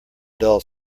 dull